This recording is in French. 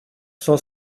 cent